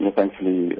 thankfully